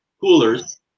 coolers